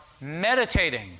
meditating